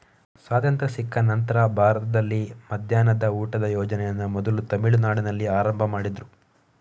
ಸ್ವಾತಂತ್ರ್ಯ ಸಿಕ್ಕ ನಂತ್ರ ಭಾರತದಲ್ಲಿ ಮಧ್ಯಾಹ್ನದ ಊಟದ ಯೋಜನೆಯನ್ನ ಮೊದಲು ತಮಿಳುನಾಡಿನಲ್ಲಿ ಆರಂಭ ಮಾಡಿದ್ರು